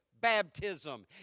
baptism